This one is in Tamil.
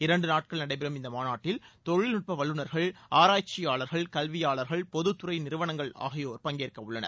இரண்டு நாட்கள் நடைபெறும் இந்த மாநாட்டில் தொழில்நுட்ப வல்லுநர்கள் ஆராய்ச்சியாளர்கள் கல்வியாளர்கள் பொதுத்துறை நிறுவனங்கள் ஆகியோர் பங்கேற்கவுள்ளனர்